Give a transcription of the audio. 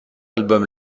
album